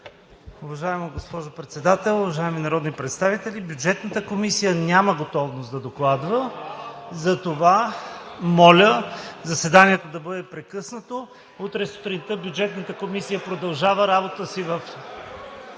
Уважаема госпожо Председател, уважаеми народни представители! Бюджетната комисия няма готовност да докладва (шум и реплики от ГЕРБ-СДС), затова моля, заседанието да бъде прекъснато. Утре сутринта Бюджетната комисия продължава работата си (шум